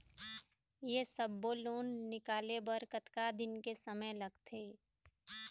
ये सब्बो लोन निकाले बर कतका दिन के समय लगथे?